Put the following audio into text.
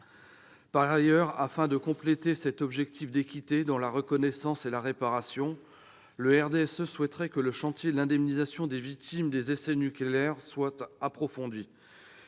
en difficulté. Afin de compléter cet objectif d'équité dans la reconnaissance et la réparation, le groupe du RDSE souhaiterait que le chantier de l'indemnisation des victimes des essais nucléaires soit approfondi.